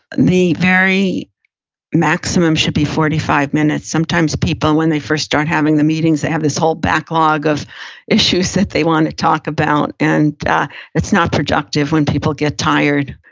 the very maximum should be forty five minutes. sometimes people, when they first start having the meetings they have this whole backlog of issues that they wanna talk about. and it's not productive when people get tired.